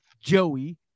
Joey